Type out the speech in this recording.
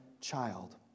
child